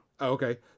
okay